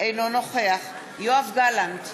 אינו נוכח יואב גלנט,